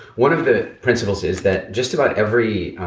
one of the principles is that just about every